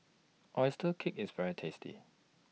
Oyster Cake IS very tasty